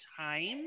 time